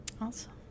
Awesome